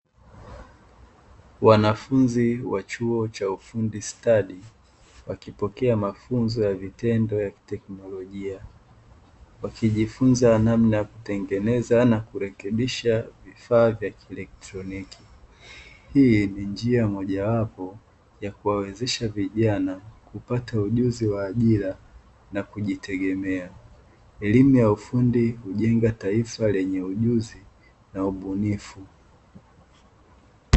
Wanafunzi wa chuo cha ufundistadi wakipokea mafunzo ya vitendo ya kiteknolojia, wakijifunza namna ya kutengeneza na kurekebisha vifaa vya kielektroniki. Hii ni njia moja wapo ya kuwawezesha vijana kupata ujuzi wa ajira na kujitegemea. Elimu ya ufundi hujenga taifa lenye ujuzi na ubunifu.